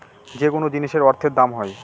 যেকোনো জিনিসের অর্থের দাম হয়